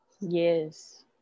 yes